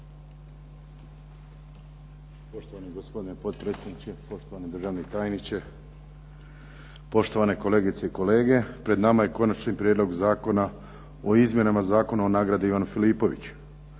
Poštovani gospodine potpredsjedniče. Poštovani državni tajniče. Poštovane kolegice i kolege. Pred nama je Konačni prijedlog Zakona o izmjenama Zakona o "Nagradi Ivan Filipović".